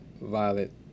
violet